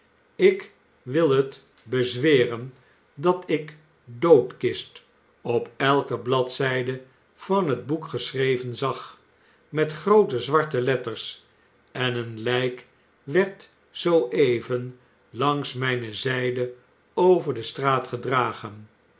ik wil het bezweren dat ik doodkist op elke bladzijde van het boek geschreven zag met groote zwarte letters en een lijk werd zoo even langs mijne zijde over de straat gedragen